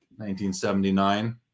1979